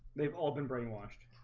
they've all been brainwashed